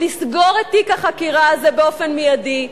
לסגור את תיק החקירה הזה באופן מיידי,